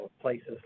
places